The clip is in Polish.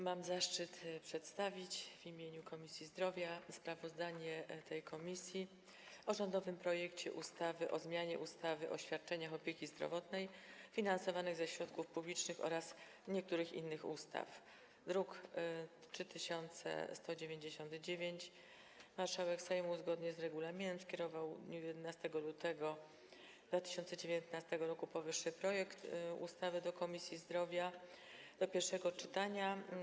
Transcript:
Mam zaszczyt przedstawić w imieniu Komisji Zdrowia sprawozdanie tej komisji o rządowym projekcie ustawy o zmianie ustawy o świadczeniach opieki zdrowotnej finansowanych ze środków publicznych oraz niektórych innych ustaw, druk nr 3199. Marszałek Sejmu, zgodnie z regulaminem, skierował w dniu 11 lutego 2019 r. powyższy projekt ustawy do Komisji Zdrowia w celu pierwszego czytania.